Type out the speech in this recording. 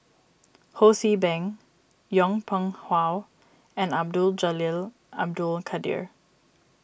Ho See Beng Yong Pung How and Abdul Jalil Abdul Kadir